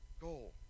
goal